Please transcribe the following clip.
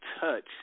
touch